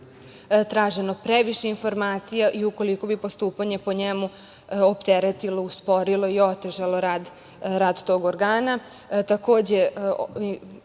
traženo previše informacija i ukoliko bi postupanje po njemu opteretilo, usporilo i otežalo rad tog organa. Takođe,